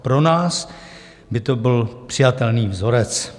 Pro nás by to byl přijatelný vzorec.